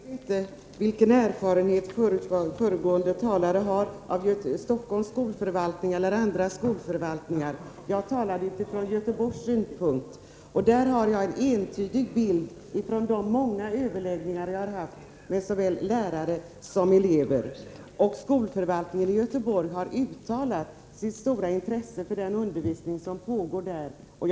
Fru talman! Jag vet inte vilken erfarenhet föregående talare har av Stockholms skolförvaltning eller andra skolförvaltningar. Jag talade utifrån Göteborgs synvinkel. Och jag har en entydig bild från många överläggningar jag haft med såväl lärare som elever. Skolförvaltningen i Göteborg har uttalat sitt stora intresse för den undervisning som pågår vid de nämnda skolorna.